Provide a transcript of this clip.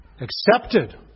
Accepted